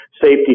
safety